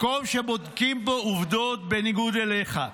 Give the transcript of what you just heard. מקום שבודקים בו עובדות בניגוד אליך.